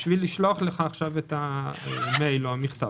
בשביל לשלוח לך עכשיו את המייל או המכתב